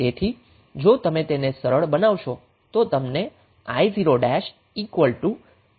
તેથી જો તમે તેને સરળ બનાવશો તો તમને io 5217A મૂલ્ય મળશે